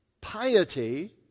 Piety